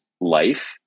life